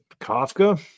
Kafka